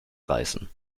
reißen